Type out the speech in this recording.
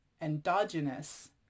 endogenous